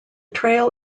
trail